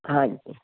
ਹਾਂਜੀ